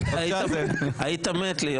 היות ואנחנו שם ביחד,